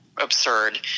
Absurd